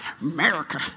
America